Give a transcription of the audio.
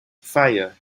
fire